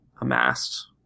amassed